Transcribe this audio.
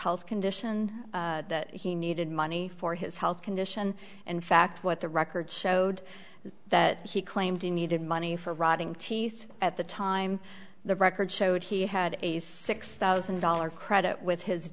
health condition that he needed money for his health condition in fact what the records showed that he claimed he needed money for rotting teeth at the time the records showed he had a six thousand dollars credit with his